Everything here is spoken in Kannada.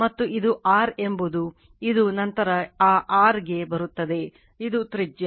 ಮತ್ತು ಇದು r ಎಂಬುದು ಇದು ನಂತರ ಆ r ಗೆ ಬರುತ್ತದೆ ಇದು ತ್ರಿಜ್ಯ